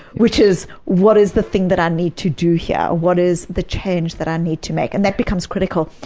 which is, what is the thing that i need to do here? what is the change that i need to make? and that becomes critical.